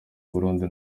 burundi